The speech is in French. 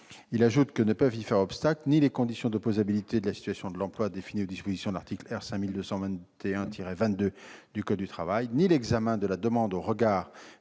ajoute que ne peuvent y faire obstacle ni les conditions d'opposabilité de la situation de l'emploi, définies par l'article R. 5221-22 du code du travail, ni l'examen de la demande au regard